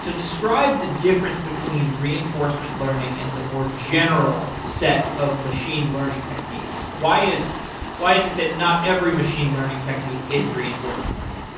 so describe the difference between reinforcement learning and the more general set of machine learning techniques. why is why is it that not every machine learning technique is reinforcement learning?